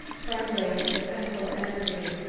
trembling with potential energy.